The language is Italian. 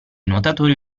nuotatori